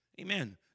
Amen